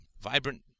vibrant